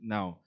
Now